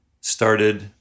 started